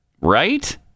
Right